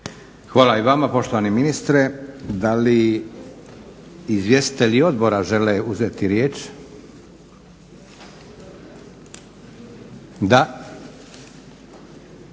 Hvala i vama poštovani ministre. Da li izvjestitelji odbora žele uzeti riječ? Da.